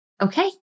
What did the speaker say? Okay